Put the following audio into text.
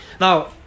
Now